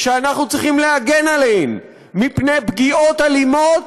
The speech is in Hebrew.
שאנחנו צריכים להגן עליהן מפני פגיעות אלימות